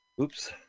Oops